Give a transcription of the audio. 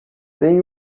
tem